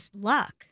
luck